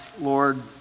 Lord